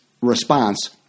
response